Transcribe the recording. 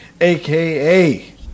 aka